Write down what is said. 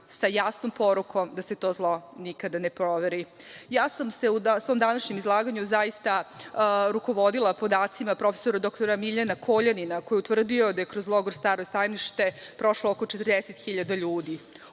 sa jasnom porukom da se to zlo nikada ne ponovi.U svom današnjem izlaganju sam se zaista rukovodila podacima prof. dr Miljana Koljanina koji je utvrdio da je kroz logor Staro sajmište prošlo 40.000 ljudi.